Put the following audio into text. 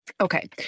okay